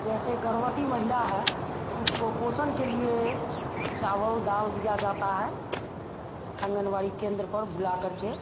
जैसे गर्भवती महिला है तो उसको पोषण के लिए चावल दाल दिया जाता है आंगनबाड़ी केंद्र पर बुलाकर के